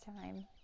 time